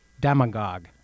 demagogue